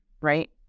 right